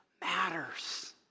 matters